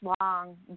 long